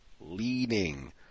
leading